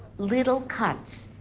little cuts.